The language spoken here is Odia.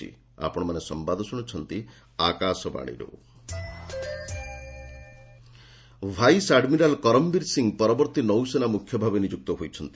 navy chief vice admiral Karambir Singh ପରବର୍ତ୍ତୀ ନୌସେନା ମୁଖ୍ୟ ଭାବେ ନିଯୁକ୍ତ ହୋଇଛନ୍ତି